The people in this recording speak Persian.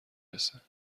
رسه